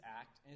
act